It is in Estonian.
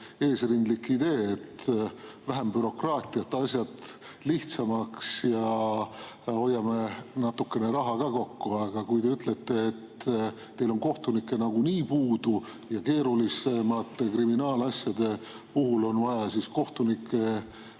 eesrindlik idee, et vähem bürokraatiat, asjad lihtsamaks ja hoiame natukene raha ka kokku. Aga kui te ütlete, et teil on kohtunikke nagunii puudu ja keerulisemate kriminaalasjade puhul on vaja kohtunike